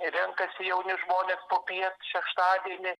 renkasi jauni žmonės popiet šeštadienį